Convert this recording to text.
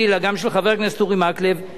גם של חבר הכנסת יוחנן פלסנר,